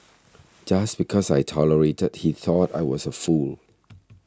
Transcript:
just because I tolerated that he thought I was a fool